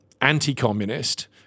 anti-communist